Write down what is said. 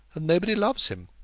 and nobody loves him.